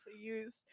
use